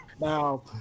Now